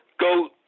go